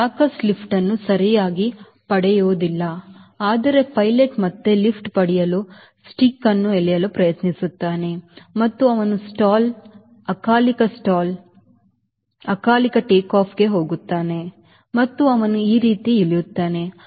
ಇದು ಸಾಕಷ್ಟು ಲಿಫ್ಟ್ ಅನ್ನು ಸರಿಯಾಗಿ ಪಡೆಯುವುದಿಲ್ಲ ಆದರೆ ಪೈಲಟ್ ಮತ್ತೆ ಲಿಫ್ಟ್ ಪಡೆಯಲು ಸ್ಟಿಕ್ ಅನ್ನು ಎಳೆಯಲು ಪ್ರಯತ್ನಿಸುತ್ತಾನೆ ಮತ್ತು ಅವನು ಸ್ಟಾಲ್ ಮತ್ತು ಅಕಾಲಿಕ ಸ್ಟಾಲ್ ಅಕಾಲಿಕ ಟೇಕ್ಆಫ್ಗೆ ಹೋಗುತ್ತಾನೆ ಮತ್ತು ಅವನು ಈ ರೀತಿ ಇಳಿಯುತ್ತಾನೆ